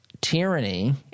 tyranny